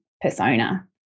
persona